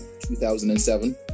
2007